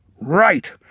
Right